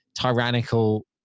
tyrannical